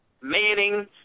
Manning